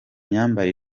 myambaro